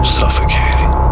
suffocating